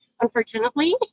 unfortunately